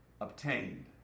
obtained